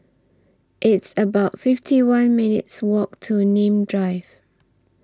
It's about fifty one minutes' Walk to Nim Drive